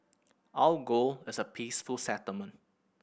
our goal is a peaceful settlement